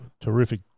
terrific